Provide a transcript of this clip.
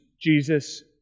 Jesus